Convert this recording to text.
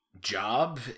job